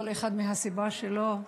כל אחד מהסיבה שלו,